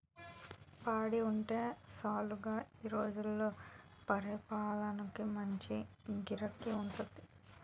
పాడి ఉంటే సాలురా ఈ రోజుల్లో పాలేపారానికి మంచి గిరాకీ ఉంది